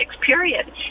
period